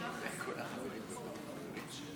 כבוד היושב-ראש, כבוד השר,